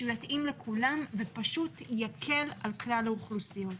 שהוא יתאים לכולם ופשוט יקל על כלל האוכלוסיות.